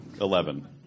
Eleven